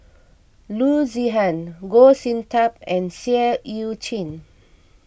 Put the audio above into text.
Loo Zihan Goh Sin Tub and Seah Eu Chin